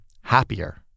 happier